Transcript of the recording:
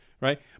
right